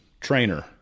trainer